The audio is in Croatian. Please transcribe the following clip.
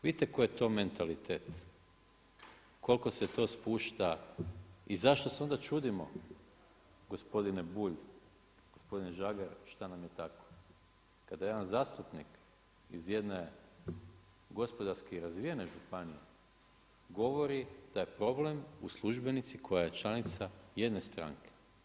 Vidite koji je to mentalitet, koliko se to spušta i zašto se onda čudimo gospodine Bulj, gospodine Žagar, što nam je tako kada jedan zastupnik iz jedne gospodarski razvijene županije govori da je problem u službenici koja je članica jedne stranke.